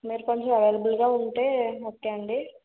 మీరు కొంచెం అవైలబుల్గా ఉంటే ఓకే అండీ